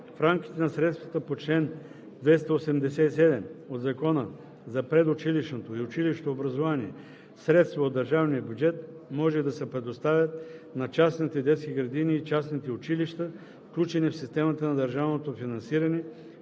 В рамките на средствата по чл. 287 от Закона за предучилищното и училищното образование средства от държавния бюджет може да се предоставят на частните детски градини и частните училища, включени в системата на държавното финансиране